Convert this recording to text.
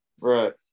Right